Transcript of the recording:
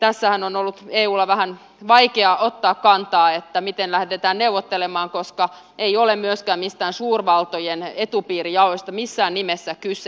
tässähän eun on ollut vähän vaikea ottaa kantaa siihen miten lähdetään neuvottelemaan koska ei ole myöskään mistään suurvaltojen etupiirijaosta missään nimessä kyse